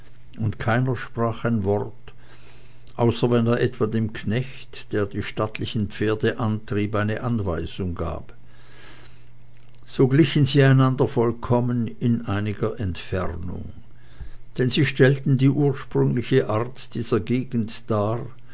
und keiner sprach ein wort außer wenn er etwa dem knechte der die stattlichen pferde antrieb eine anweisung gab so glichen sie einander vollkommen in einiger entfernung denn sie stellten die ursprüngliche art dieser gegend dar